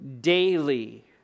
daily